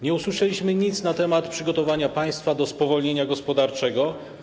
Nie usłyszeliśmy nic na temat przygotowania państwa do spowolnienia gospodarczego.